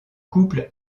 couple